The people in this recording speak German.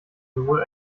sowohl